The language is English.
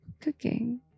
cooking